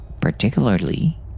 particularly